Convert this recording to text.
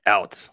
Out